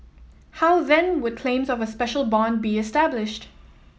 how then would claims of a special bond be established